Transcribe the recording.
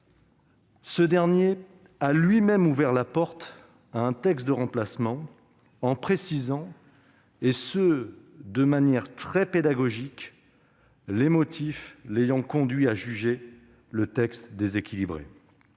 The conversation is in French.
ce dernier a lui-même ouvert la porte à un texte de remplacement en précisant, de manière très pédagogique, les motifs l'ayant conduit à juger le texte déséquilibré.